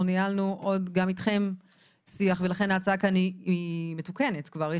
ניהלנו עוד גם אתכם שיח ולכן ההצעה כאן היא מתוקנת כבר,